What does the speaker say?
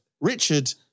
Richard